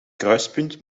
kruispunt